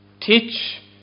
teach